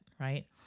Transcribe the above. right